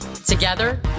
Together